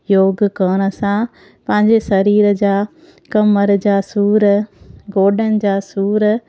योग करण सां पंहिंजे शरीर जा कमर जा सूर गोॾन जा सूर